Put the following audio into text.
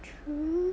true